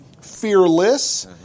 fearless